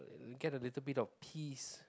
get a little bit of peace